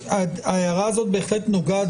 בלי חובה לעדכן כל היום את הפקיד אם החלפת כתובת